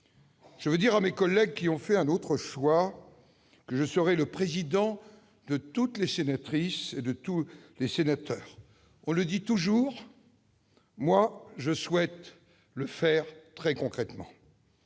Je veux dire à mes collègues qui ont fait un autre choix que je serai le président de toutes les sénatrices et de tous les sénateurs : on le dit toujours ; moi, je souhaite le faire très concrètement.